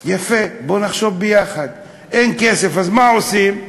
יפה, בוא נחשוב יחד, אין כסף, אז מה עושים?